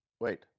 Wait